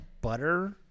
butter